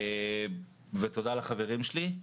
ותודה לחברים שלי.